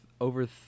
over